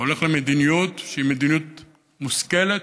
אתה הולך למדיניות שהיא מדיניות מושכלת,